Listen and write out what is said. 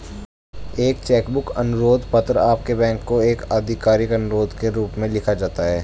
एक cheque book अनुरोध पत्र आपके बैंक को एक आधिकारिक अनुरोध के रूप में लिखा जाता है